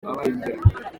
abarengera